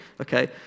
okay